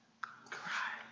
Cry